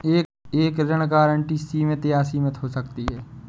एक ऋण गारंटी सीमित या असीमित हो सकती है